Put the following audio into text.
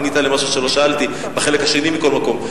ענית על משהו שלא שאלתי, בחלק השני, מכל מקום.